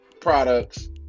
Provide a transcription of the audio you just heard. products